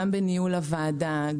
גם בניהול הוועדה,